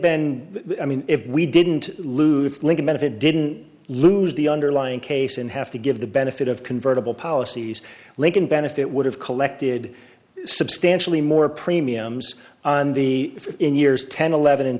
been i mean if we didn't lose if it didn't lose the underlying case and have to give the benefit of convertible policies lincoln benefit would have collected substantially more premiums on the if in years ten eleven and